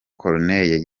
cornelius